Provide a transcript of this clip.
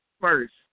first